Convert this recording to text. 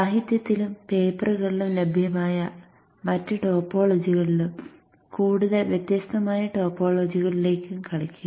സാഹിത്യത്തിലും പേപ്പറുകളിലും ലഭ്യമായ മറ്റ് ടോപ്പോളജികളിലേക്കും കൂടുതൽ വ്യത്യസ്തമായ ടോപ്പോളജികളിലേക്കും കളിക്കുക